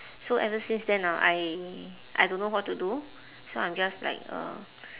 so ever since then ah I I don't know what to do so I'm just like uh